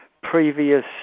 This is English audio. previous